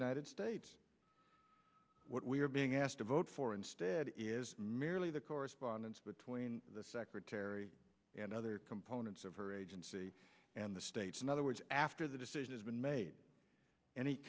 united states what we're being asked to vote for instead is merely the correspondence between the secretary and other components of her agency and the states and other words after the decision has been made an